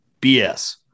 BS